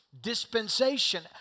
Dispensation